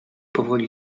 powoli